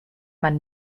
man